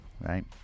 right